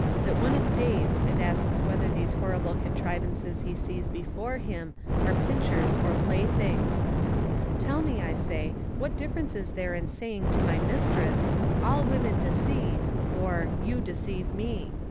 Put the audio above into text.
that one is dazed and asks whether these horrible contrivances he sees before him are pincers or playthings. tell me, i say, what difference is there in saying to my mistress all women deceive, or, you deceive me?